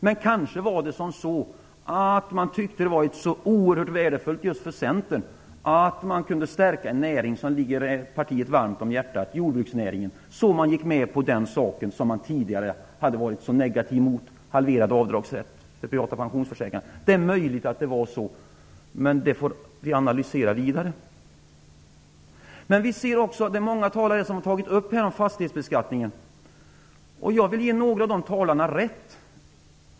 Men kanske var det så att man tyckte det var så oerhört värdefullt för Centern att man kunde stärka en näring som ligger partiet varmt om hjärtat, jordbruksnäringen, så att man gick med på den halverade avdragsrätt som man tidigare varit så negativ mot. Det är möjligt, men det får vi analysera vidare. Många talare har tagit upp fastighetsbeskattningen. Jag vill ge några av de talarna rätt.